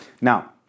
now